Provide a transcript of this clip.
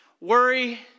worry